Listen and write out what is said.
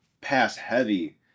pass-heavy